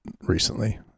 recently